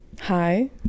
hi